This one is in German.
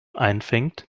einfängt